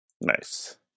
Nice